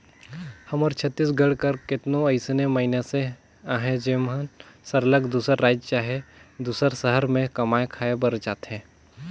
हमर छत्तीसगढ़ कर केतनो अइसन मइनसे अहें जेमन सरलग दूसर राएज चहे दूसर सहर में कमाए खाए बर जाथें